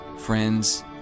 friends